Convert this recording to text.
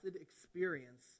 experience